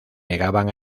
negaban